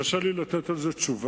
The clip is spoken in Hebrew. קשה לי לתת על זה תשובה.